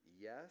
Yes